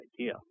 idea